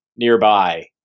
nearby